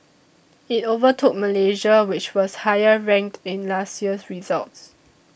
it overtook Malaysia which was higher ranked in last year's results